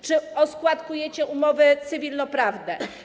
Czy oskładkujecie umowy cywilnoprawne?